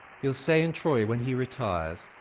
he'll say in troy, when he retires,